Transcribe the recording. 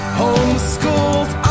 homeschooled